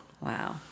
Wow